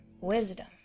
wisdom